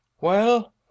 Well